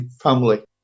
family